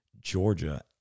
Georgia